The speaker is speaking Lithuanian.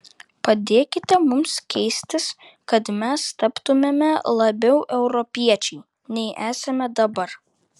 padėkite mums keistis kad mes taptumėme labiau europiečiai nei esame dabar